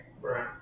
Right